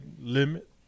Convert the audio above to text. limit